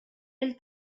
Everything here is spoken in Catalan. ell